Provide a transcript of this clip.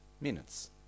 minutes